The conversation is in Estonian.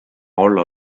olla